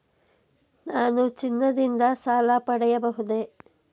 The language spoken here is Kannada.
ನಾನು ಚಿನ್ನದಿಂದ ಸಾಲ ಪಡೆಯಬಹುದೇ?